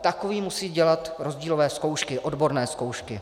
Takový musí dělat rozdílové zkoušky, odborné zkoušky.